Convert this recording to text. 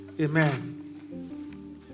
amen